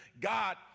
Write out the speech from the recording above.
God